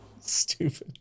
Stupid